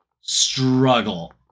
struggle